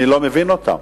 אני לא מבין אותם.